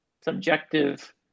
subjective